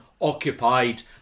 occupied